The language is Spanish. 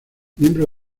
miembro